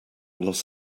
los